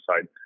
side